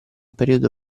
periodo